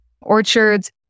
orchards